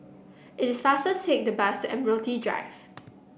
it is faster to take the bus to Admiralty Drive